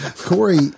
Corey